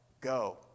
go